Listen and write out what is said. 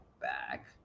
back